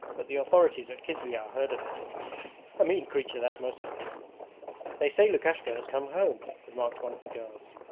but the authorities at kizlyar heard of it a mean creature that mosev is they say lukashka has come home remarked one of the girls.